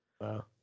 Wow